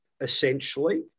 essentially